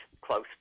close